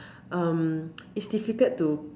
um is difficult to